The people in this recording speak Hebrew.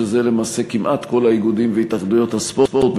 שזה למעשה כמעט כל האיגודים והתאחדויות הספורט,